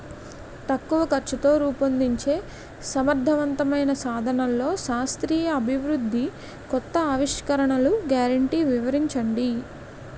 తక్కువ ఖర్చుతో రూపొందించే సమర్థవంతమైన సాధనాల్లో శాస్త్రీయ అభివృద్ధి కొత్త ఆవిష్కరణలు గ్యారంటీ వివరించండి?